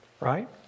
right